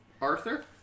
Arthur